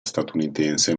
statunitense